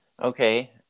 Okay